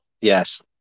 Yes